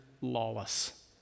lawless